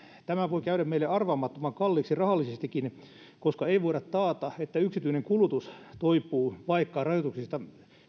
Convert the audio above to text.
tämä voi käydä meille arvaamattoman kalliiksi rahallisestikin koska ei voida taata että yksityinen kulutus toipuu vaikka rajoituksista